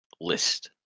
list